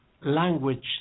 language